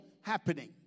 happening